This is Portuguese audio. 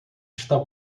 está